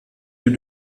lieu